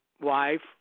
wife